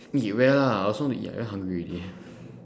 eat where lah I also want to eat I very hungry already